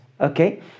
Okay